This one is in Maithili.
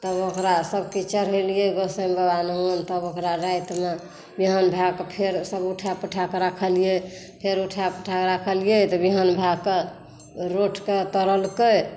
तब ओकरा सबकिछु चढ़ेलियै गोसाईं बाबा लग मे तब ओकरा राति मे बिहान भए कऽ फेर सब उठाए पुठाए कऽ रखलियै फेर उठाए पूठाए कऽ रखलियै तऽ बिहान भए कऽ रोठ के तरलकै